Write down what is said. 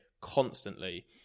constantly